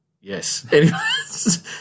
Yes